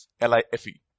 L-I-F-E